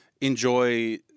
enjoy